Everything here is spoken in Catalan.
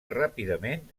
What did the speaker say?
ràpidament